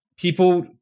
People